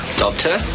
doctor